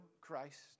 Christ